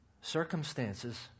circumstances